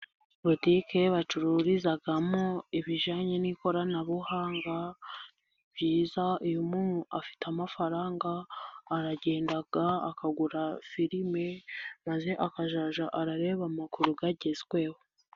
Butiki bacururizamo ibijyanye n'ikoranabuhanga ryiza, uyu afite amafaranga, aragenda akagura filime maze akazajya arareba amakuru agezweho.